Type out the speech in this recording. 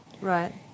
right